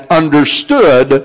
understood